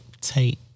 Take